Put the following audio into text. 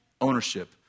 ownership